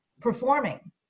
performing